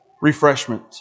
refreshment